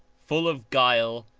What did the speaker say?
full of guile,